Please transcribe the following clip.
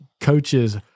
coaches